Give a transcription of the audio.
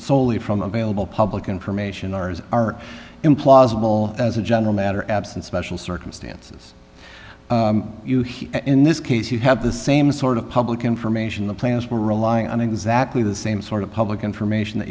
soley from available public information ours are implausible as a general matter absent special circumstances you hear in this case you have the same sort of public information the plans were relying on exactly the same sort of public information that